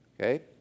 Okay